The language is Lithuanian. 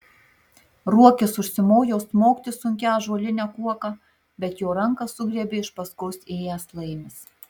ruokis užsimojo smogti sunkia ąžuoline kuoka bet jo ranką sugriebė iš paskos ėjęs laimis